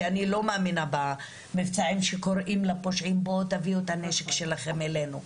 כי אני לא מאמינה במבצעים שקוראים לפושעים תביאו את הנשק שלכם אלינו.